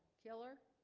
killer